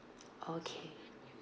okay